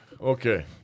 Okay